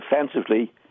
defensively